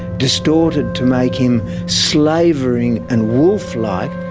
distorted to make him slavering and wolflike,